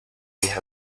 mis